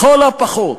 לכל הפחות